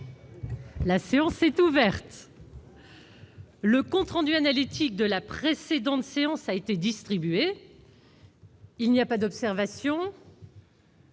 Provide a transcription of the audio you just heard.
La séance est ouverte.. Le compte rendu analytique de la précédente séance a été distribué. Il n'y a pas d'observation